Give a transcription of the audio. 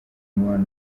umubano